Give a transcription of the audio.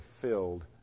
filled